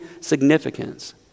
significance